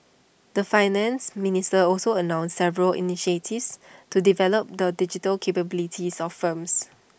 the Finance Minister also announced several initiatives to develop the digital capabilities of firms